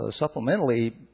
supplementally